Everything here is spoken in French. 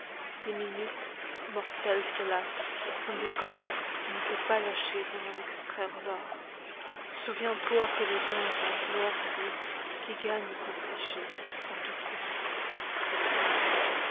les minutes mortel folâtre sont des ganguesqu'il ne faut pas lâcher sans en extraire l'or i souviens-toi que le temps est un joupiu avidequi gagne sans tricher à tout coup i c'est la loi